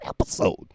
episode